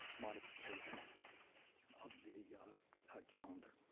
modification of the calendar.